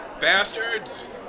bastards